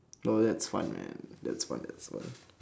oh that's fun man that's fun that's fun